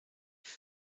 than